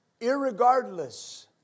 Irregardless